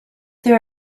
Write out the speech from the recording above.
there